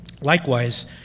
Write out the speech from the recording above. likewise